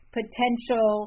potential –